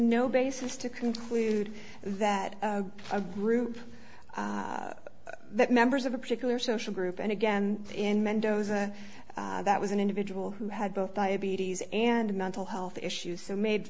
no basis to conclude that a group that members of a particular social group and again in mendoza that was an individual who had both diabetes and mental health issues made